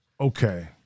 okay